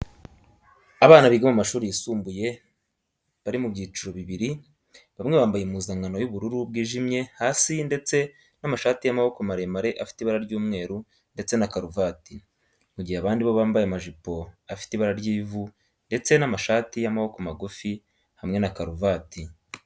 Abana biga mu mashuri yisumbuye bari mu byiciro bibiri, bamwe bambaye impuzankano y'ubururu bwijimye hasi ndetse n'amashati y'amaboko maremare afite ibara ry'umweru ndetse na karuvati, mu gihe abandi bo bambaye amajipo afite ibara ry'ivu ndetse n'amashati y'amaboko magufi hamwe na karuvati.